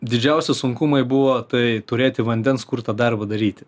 didžiausi sunkumai buvo tai turėti vandens kur tą darbą daryti